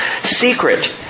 secret